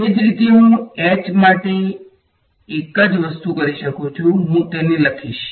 એ જ રીતે હું H માટે એક જ વસ્તુ કરી શકું છું હું તેને લખીશ